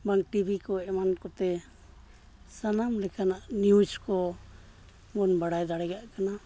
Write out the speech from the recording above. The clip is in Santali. ᱮᱢᱟᱱ ᱴᱤᱵᱷᱤ ᱠᱚ ᱮᱢᱟᱱ ᱠᱚᱛᱮ ᱥᱟᱱᱟᱢ ᱞᱮᱠᱟᱱᱟᱜ ᱱᱤᱭᱩᱡᱽ ᱠᱚ ᱵᱚᱱ ᱵᱟᱲᱟᱭ ᱫᱟᱲᱮᱭᱟᱜ ᱠᱟᱱᱟ